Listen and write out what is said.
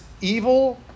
evil